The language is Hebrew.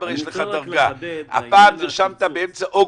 איך ייעשה הקיצוץ.